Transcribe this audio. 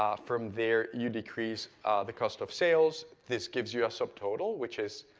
um from there you decrease the cost of sales, this gives you a so total, which is